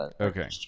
Okay